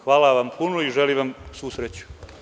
Hvala vam puno i želim vam svu sreću.